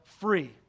free